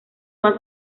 más